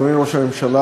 אדוני ראש הממשלה,